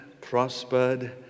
prospered